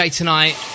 tonight